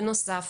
בנוסף,